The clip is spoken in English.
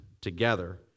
together